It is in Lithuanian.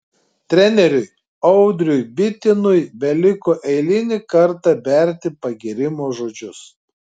treneriui audriui bitinui beliko eilinį kartą berti pagyrimo žodžius